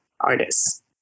artists